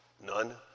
None